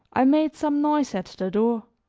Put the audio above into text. i made some noise at the door.